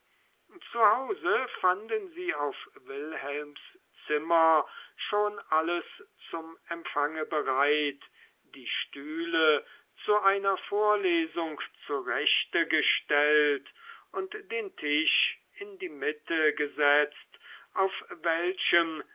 zu hause fanden sie auf wilhelms zimmer schon alles zum empfang bereit die stühle zu einer vorlesung zurechte gestellt und den tisch in die mitte gesetzt auf welchem